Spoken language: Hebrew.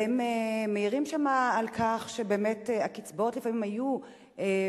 הם מעירים שם על כך שלפעמים הקצבאות עוזרות